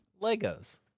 Legos